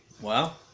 Wow